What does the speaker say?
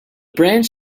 branch